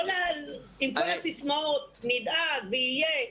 לא עם הסיסמאות: נדאג ויהיה.